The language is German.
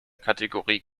kategorie